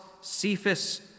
Cephas